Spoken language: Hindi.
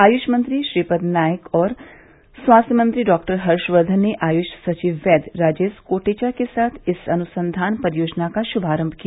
आयुष मंत्री श्रीपद नाइक और स्वास्थ्य मंत्री डॉक्टर हर्षवर्धन ने आयुष सचिव वैद्य राजेश कोटेचा के साथ इस अनुसंधान परियोजना का शुभारंभ किया